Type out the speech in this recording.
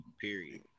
Period